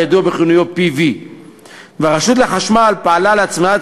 הידוע בכינויו PV. הרשות לחשמל פעלה להצמדת